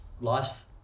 life